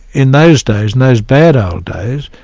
in those days, in those bad old days,